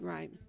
Right